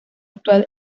actual